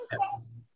Yes